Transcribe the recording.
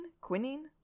Quinine